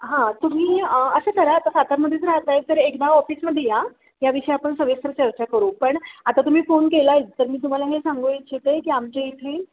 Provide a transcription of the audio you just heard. हां तुम्ही असं करा आता सातारमध्येच राहत आहे तर एकदा ऑफिसमध्ये या याविषयी आपण सविस्तर चर्चा करू पण आता तुम्ही फोन केला आहे तर मी तुम्हाला हे सांगू इच्छिते की आमच्या इथे